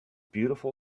beautiful